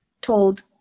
told